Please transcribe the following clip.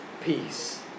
peace